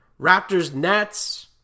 Raptors-Nets